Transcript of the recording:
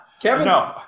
Kevin